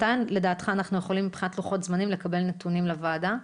מתי לדעתך אנחנו יכולים מבחינת לוחות זמנים לקבל נתונים לוועדה?